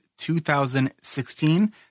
2016